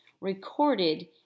recorded